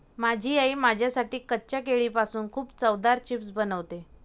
माझी आई माझ्यासाठी कच्च्या केळीपासून खूप चवदार चिप्स बनवते